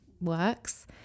works